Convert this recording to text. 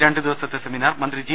രണ്ടു ദിവസത്തെ സെമിനാർ മന്ത്രി ജി